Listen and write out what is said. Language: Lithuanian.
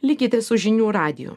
likite su žinių radiju